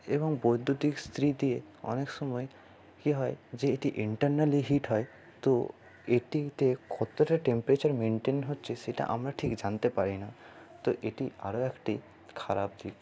এবং বৈদ্যুতিক ইস্ত্রি দিয়ে অনেক সময় কি হয় যে এটি ইন্টারনালি হিট হয় তো এটিতে কতটা টেম্পেরেচার মেইনটেইন হচ্ছে সেটা আমরা ঠিক জানতে পারি না তো এটি আরও একটি খারাপ দিক